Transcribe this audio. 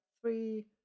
three